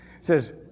says